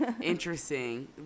interesting